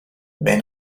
mais